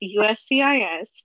USCIS